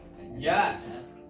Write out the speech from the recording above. Yes